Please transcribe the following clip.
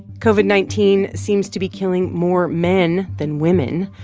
covid nineteen seems to be killing more men than women.